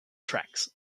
tracks